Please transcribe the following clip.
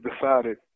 decided